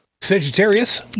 sagittarius